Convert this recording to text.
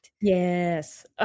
Yes